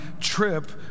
trip